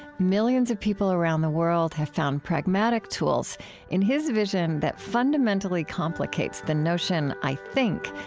millions of people around the world have found pragmatic tools in his vision that fundamentally complicates the notion, i think,